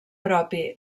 propi